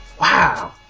wow